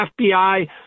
FBI